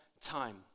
time